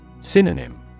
Synonym